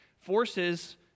Forces